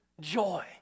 joy